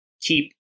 keep